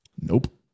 Nope